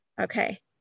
okay